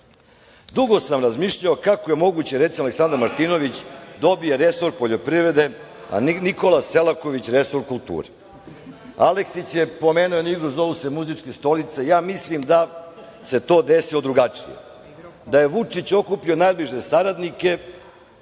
sam razmišljao kako je moguće, recimo, Aleksandar Martinović dobije resor poljoprivrede, a Nikola Selaković resor kulture. Aleksić je pomenuo jedan izraz zovu se „muzičke stolice“ ja mislim da se to desilo drugačije. Da je Vučić okupio najbliže saradnike